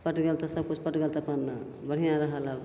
पटि गेल तऽ सबकिछु पटि गेल अपन बढ़िआँ रहल आब